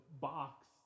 box